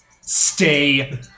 Stay